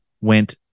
went